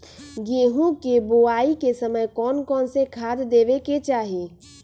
गेंहू के बोआई के समय कौन कौन से खाद देवे के चाही?